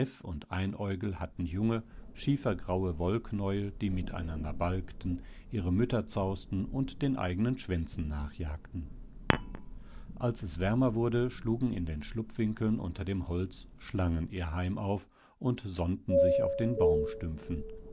und einäugel hatten junge schiefergraue wollknäuel die miteinander balgten ihre mütter zausten und den eigenen schwänzen nachjagten als es wärmer wurde schlugen in den schlupfwinkeln unter dem holz schlangen ihr heim auf und sonnten sich auf den baumstümpfen